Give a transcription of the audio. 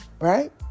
right